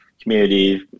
community